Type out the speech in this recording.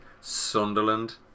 Sunderland